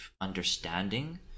understanding